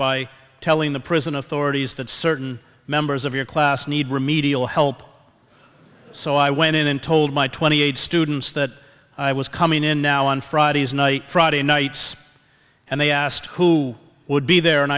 by telling the prison authorities that certain members of your class need remedial help so i went in and told my twenty eight students that i was coming in now on fridays night friday nights and they asked who would be there and